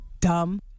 dumb